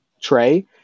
tray